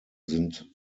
sind